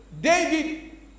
David